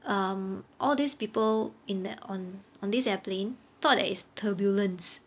um all these people in that on on this airplane thought it's turbulence